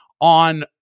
on